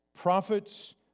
prophets